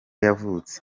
yavutse